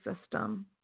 system